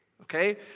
okay